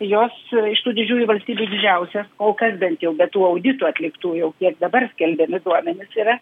jos iš tų didžiųjų valstybių didžiausias kol kas bent jau be tų auditų atliktų jau kiek dabar skelbiami duomenys yra